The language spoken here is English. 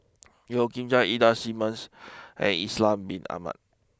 Yeo Kian Chye Ida Simmons and Ishak Bin Ahmad